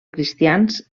cristians